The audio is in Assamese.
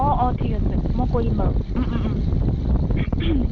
অঁ অঁ ঠিক আছে মই কৈ দিম বাৰু